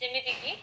ଯେମିତି କି